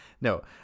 no